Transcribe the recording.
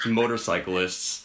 motorcyclists